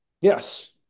Yes